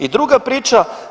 I druga priča.